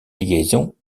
liaison